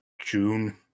June